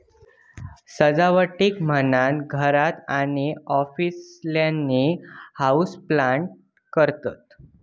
सजावटीक म्हणान घरात आणि ऑफिसातल्यानी हाऊसप्लांट करतत